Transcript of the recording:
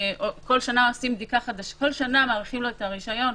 כל שנה מאריכים לו את הרשיון,